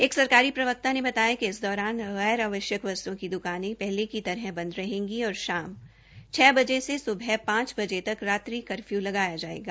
एक सरकारी प्रवक्ता ने बताया कि इस दौरान गैर आवश्यक वस्तुओ की द्काने पहले की तरह बंद रहेगी और शाम छ बजे से स्बह पांच बजे तक रात्रि कर्फ्यू लगाया जायेगा